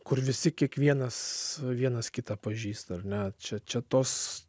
kur visi kiekvienas vienas kitą pažįsta ar ne čia čia tos